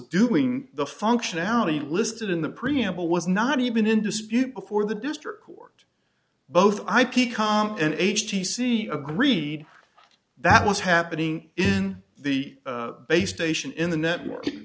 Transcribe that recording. doing the functionality listed in the preamble was not even in dispute before the district court both ip com and h t c agreed that what's happening is the base station in the network